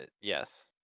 Yes